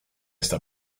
esta